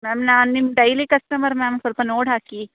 ma'am ನಾನು ನಿಮ್ಮ daily customer ma'am ಸ್ವಲ್ಪ ನೋಡಿ ಹಾಕಿ